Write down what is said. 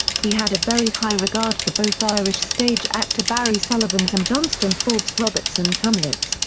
he had a very high regard for both irish stage actor barry sullivan's and johnston forbes-robertson's hamlets,